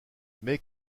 mais